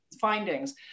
findings